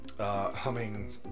Humming